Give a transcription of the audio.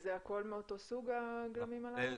כשזה הכל מאותו סוג, הגלמים הללו?